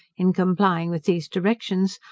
in complying with these directions,